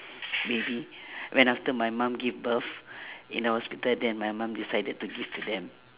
baby when after my mom give birth in the hospital then my mom decided to give to them